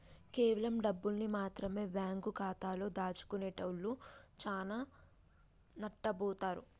కేవలం డబ్బుల్ని మాత్రమె బ్యేంకు ఖాతాలో దాచుకునేటోల్లు చానా నట్టబోతారు